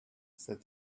said